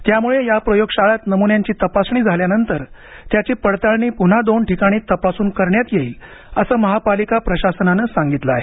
त्यामुळे या प्रयोगशाळांत नमुन्यांची तपासणी झाल्यानंतर त्याची पडताळणी पुन्हा दोन ठिकाणी तपासून करण्यात येईल असे महापालिका प्रशासनाने सांगितलं आहे